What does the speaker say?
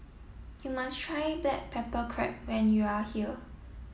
you must try Black Pepper Crab when you are here